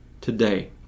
today